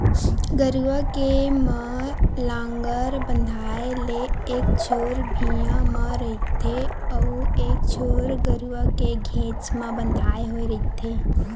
गरूवा के म लांहगर बंधाय ले एक छोर भिंयाँ म रहिथे अउ एक छोर गरूवा के घेंच म बंधाय होय रहिथे